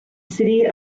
city